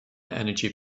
energy